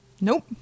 Nope